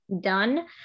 done